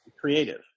creative